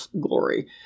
glory